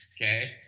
okay